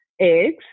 eggs